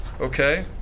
okay